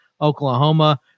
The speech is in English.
Oklahoma